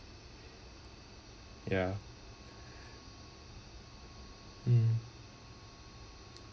yeah um